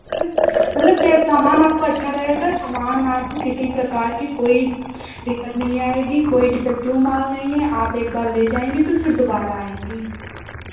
मतलब सामान आपको अच्छा रहेगा समान आपको किसी प्रकार की कोई दिक्कत नहीं आएगी कोई डिफे़क्टिव माल नहीं है आप एक बार ले जाएँगी तो फिर दोबारा आएँगी